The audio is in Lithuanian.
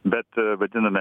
bet vadinami